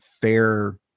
fair